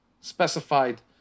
specified